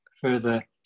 further